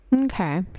Okay